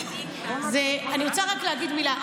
אני רוצה רק להגיד מילה.